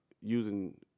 using